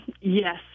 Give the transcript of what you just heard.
Yes